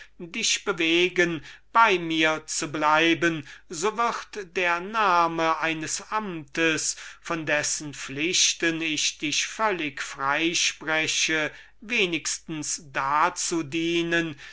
dich bewegen bei mir zu bleiben so wird der name eines amtes von dessen pflichten ich dich völlig freispreche wenigstens dazu dienen